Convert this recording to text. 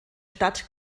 stadt